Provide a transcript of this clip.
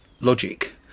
logic